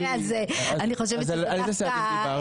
מהם?